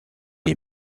est